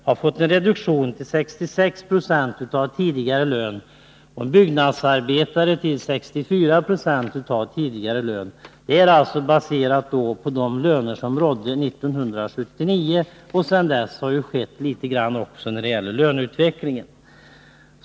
har fått en reduktion till 66 26 av tidigare lön och en byggnadsarbetare till 64 26 av tidigare lön. Detta är alltså baserat på lönerna 1979. Sedan dess har det ju också hänt en del när det gäller löneutvecklingen.